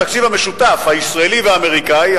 בתקציב המשותף הישראלי והאמריקני,